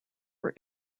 were